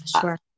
Sure